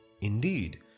Indeed